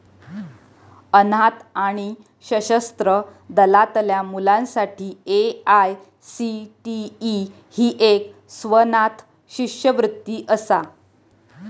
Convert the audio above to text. अनाथ आणि सशस्त्र दलातल्या मुलांसाठी ए.आय.सी.टी.ई ही एक स्वनाथ शिष्यवृत्ती असा